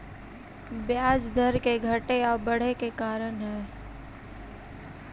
ब्याज दर के घटे आउ बढ़े के का कारण हई?